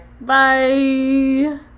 Bye